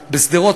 בשדרות,